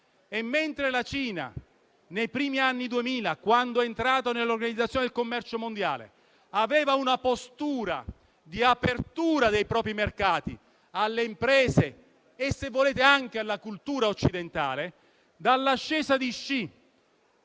Mentre nei primi anni 2000, quando è entrata nell'Organizzazione mondiale del commercio, la Cina aveva una postura di apertura dei propri mercati alle imprese e, se volete, anche alla cultura occidentale, dall'ascesa di Xi